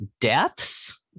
deaths